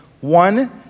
One